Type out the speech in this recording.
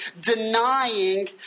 denying